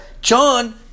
John